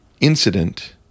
incident